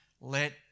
let